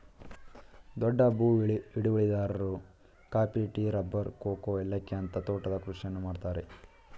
ದೊಡ್ಡ ಭೂ ಹಿಡುವಳಿದಾರರು ಕಾಫಿ, ಟೀ, ರಬ್ಬರ್, ಕೋಕೋ, ಏಲಕ್ಕಿಯಂತ ತೋಟದ ಕೃಷಿಯನ್ನು ಮಾಡ್ತರೆ